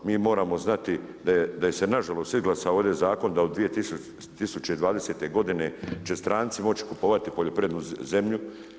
Mi moramo znati da se nažalost izglasao ovdje zakon da u 2020. godine će stranci moći kupovati poljoprivrednu zemlju.